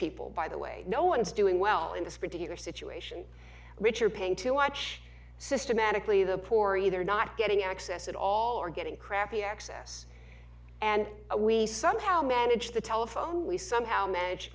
people by the way no one's doing well in this particular situation rich are paying too much systematically the poor either not getting access at all or getting crappy access and we somehow manage the telephone we somehow manage